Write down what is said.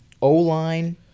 O-line